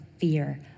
fear